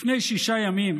לפני שישה ימים